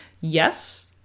Yes